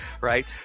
Right